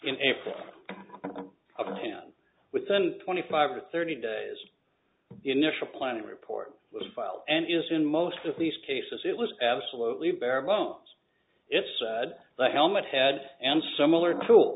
in april of ten within twenty five or thirty days initial planning report was filed and used in most of these cases it was absolutely bare bones it's like helmet head and similar tool